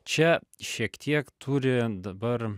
čia šiek tiek turi dabar